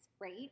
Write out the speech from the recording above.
right